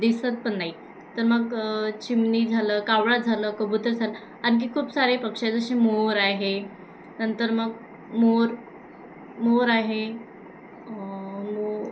दिसत पण नाही तर मग चिमणी झालं कावळा झालं कबुतर झालं आणखी खूप सारे पक्षी आहेत जसे मोर आहे नंतर मग मोर मोर आहे मो